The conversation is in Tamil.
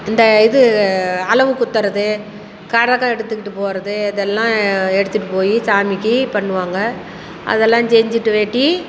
இந்த இது அலகு குத்துகிறது கரகம் எடுத்துக்கிட்டு போகறது இதெல்லாம் எடுத்துகிட்டு போய் சாமிக்கு பண்ணுவாங்க அதெல்லாம் செஞ்சிட்டு வேட்டி